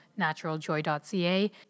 naturaljoy.ca